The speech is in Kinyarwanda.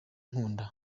nkunda